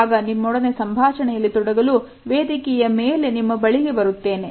ಆಗ ನಿಮ್ಮೊಡನೆ ಸಂಭಾಷಣೆಯಲ್ಲಿ ತೊಡಗಲು ವೇದಿಕೆಯ ಮೇಲೆ ನಿಮ್ಮ ಬಳಿಗೆ ಬರುತ್ತೇನೆ